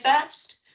first